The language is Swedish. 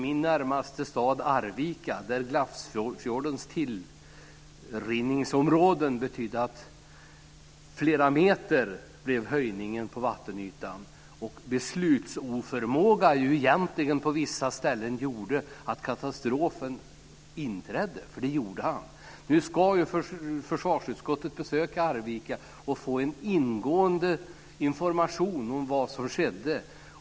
Min närmaste stad Arvika ligger vid Glafsfjordens tillrinningsområden. Vattenytan höjdes med flera meter. En beslutsoförmåga på vissa ställen gjorde att katastrofen inträdde. Nu ska försvarsutskottet besöka Arvika och få en ingående information om vad som skedde.